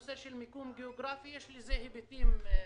מהמיקום הגיאוגרפי כי יש לזה היבטים אחרים,